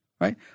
right